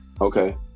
Okay